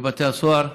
בבתי הסוהר.